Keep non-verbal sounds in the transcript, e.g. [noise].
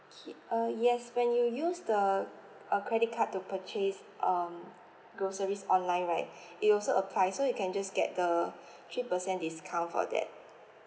K uh yes when you use the a credit card to purchase um groceries online right [breath] it also apply so you can just get the three percent discount for that